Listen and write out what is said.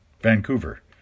vancouver